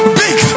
big